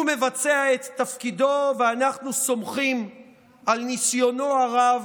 הוא מבצע את תפקידו, ואנחנו סומכים על ניסיונו הרב